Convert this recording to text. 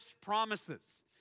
promises